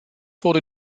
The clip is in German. wurde